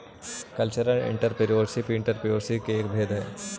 cultural entrepreneurship entrepreneurship के एक भेद हई